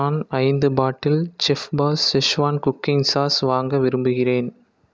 நான் ஐந்து bottle chef's schezwan cooking sauce வாங்க விரும்புகிறேன்